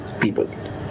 people